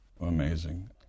Amazing